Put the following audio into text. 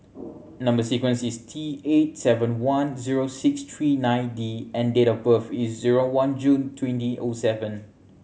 number sequence is T eight seven one zero six three nine D and date of birth is zero one June twenty O seven